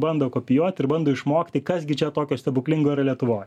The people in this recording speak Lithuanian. bando kopijuoti ir bando išmokti kas gi čia tokio stebuklingo yra lietuvoj